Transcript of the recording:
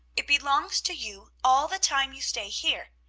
it belongs to you all the time you stay here,